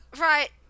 right